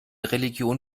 religion